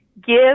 Give